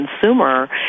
consumer